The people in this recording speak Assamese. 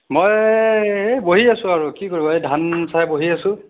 মই এই বহি আছোঁ আৰু কি কৰিবা এই ধান চাই বহি আছোঁ